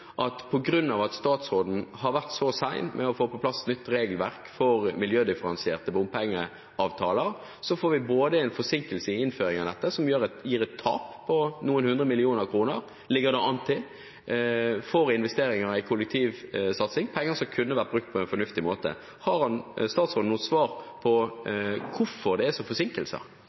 at vi på grunn av at statsråden har vært så sen med å få på plass nytt regelverk for miljødifferensierte bompengeavtaler, får en forsinkelse i innføringen av dette, som gir et tap på noen hundre millioner kroner – ligger det an til – i investeringer i kollektivsatsing, penger som kunne vært brukt på en fornuftig måte. Har statsråden noe svar på hvorfor det er forsinkelser?